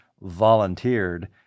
volunteered